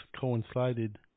coincided